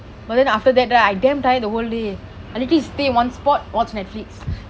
but then after that right I damn tired the whole day and I just stay one spot watch Netflix